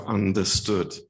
understood